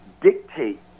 dictate